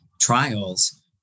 trials